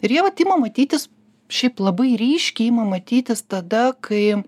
ir jie vat ima matytis šiaip labai ryškiai ima matytis tada kai